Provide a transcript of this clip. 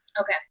Okay